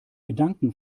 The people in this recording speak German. gedanken